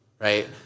right